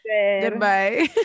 goodbye